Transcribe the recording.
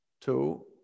two